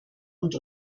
und